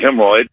hemorrhoid